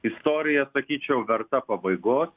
istorija sakyčiau verta pabaigos